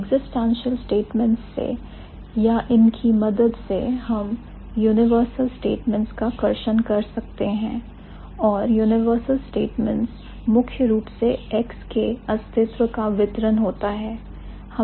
existential statements से या इनकी मदद से हम यूनिवर्सल स्टेटमेंट्स का कर्षण कर सकते हैं और यूनिवर्स स्टेटमेंटस मुख्य रूप से X के अस्तित्व का वितरण होता है